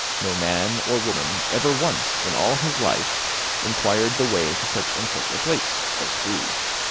no man or woman ever once in all his life inquired the way to such and such a place, of scrooge.